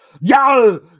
y'all